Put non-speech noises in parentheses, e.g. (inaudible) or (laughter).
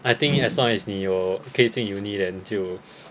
I think as long as 你有你可以进 uni then 就 (breath)